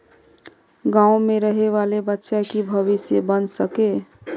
गाँव में रहे वाले बच्चा की भविष्य बन सके?